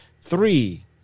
Three